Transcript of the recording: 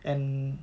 and